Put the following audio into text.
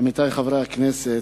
עמיתי חברי הכנסת,